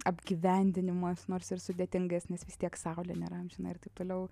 apgyvendinimas nors ir sudėtingesnis vis tiek saulė nėra amžina ir taip toliau